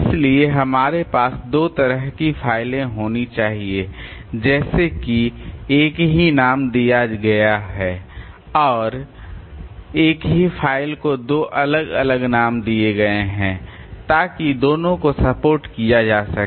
इसलिए हमारे पास दो तरह की फाइलें होनी चाहिए जैसे कि एक ही नाम दिया गया है और एक ही फाइल को दो अलग अलग नाम दिए गए हैं ताकि दोनों को सपोर्ट किया जा सके